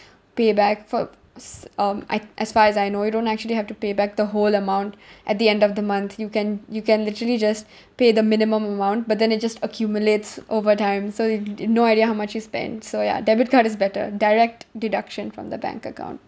pay back for s~ um I as far as I know you don't actually have to pay back the whole amount at the end of the month you can you can literally just pay the minimum amount but then it just accumulates over time so you d~ no idea how much you spent so ya debit card is better direct deduction from the bank account